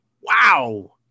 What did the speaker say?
wow